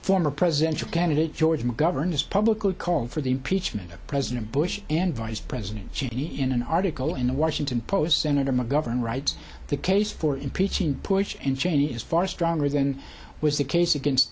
former presidential candidate george mcgovern has publicly called for the impeachment of president bush and vice president cheney in an article in the washington post senator mcgovern writes the case for impeaching bush and cheney is far stronger than was the case against